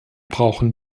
brauchen